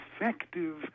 effective